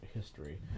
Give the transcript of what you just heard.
history